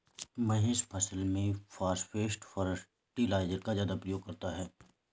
महेश फसल में phosphate fertiliser का ज्यादा प्रयोग करता है